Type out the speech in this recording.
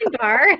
bar